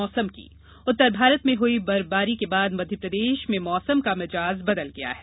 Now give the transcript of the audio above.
मौसम उत्तर भारत में हुई बर्फबारी के बाद मध्यप्रदेश में मौसम का मिजाज बदल गया है